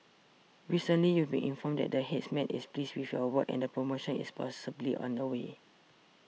recently you've been informed that the Headman is pleased with your work and a promotion is possibly on the way